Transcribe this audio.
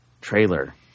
trailer